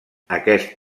aquest